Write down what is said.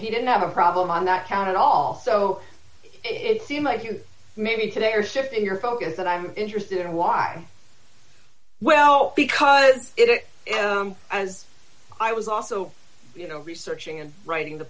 he didn't have a problem on that count at all so it seemed like you maybe today or shift your focus that i'm interested in why well because it as i was also you know researching and writing the